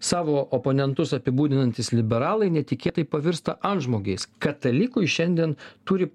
savo oponentus apibūdinantys liberalai netikėtai pavirsta antžmogiais katalikui šiandien turi